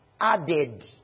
added